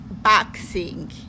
Boxing